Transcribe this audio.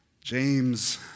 James